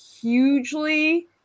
hugely